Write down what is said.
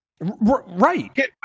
Right